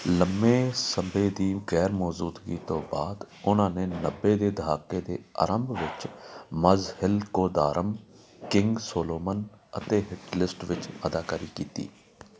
ਲੰਬੇ ਸਮੇਂ ਦੀ ਗ਼ੈਰ ਮੌਜੂਦਗੀ ਤੋਂ ਬਾਅਦ ਉਨ੍ਹਾਂ ਨੇ ਨੱਬੇ ਦੇ ਦਹਾਕੇ ਦੇ ਆਰੰਭ ਵਿੱਚ ਮਜ਼ਹਿਲਕੋਦਾਰਮ ਕਿੰਗ ਸੋਲੋਮਨ ਅਤੇ ਹਿਟਲਿਸਟ ਵਿੱਚ ਅਦਾਕਾਰੀ ਕੀਤੀ